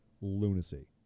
lunacy